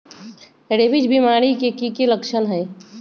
rabies बीमारी के कि कि लच्छन हई